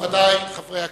מכובדי חברי הכנסת,